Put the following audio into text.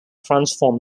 transform